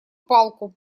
палку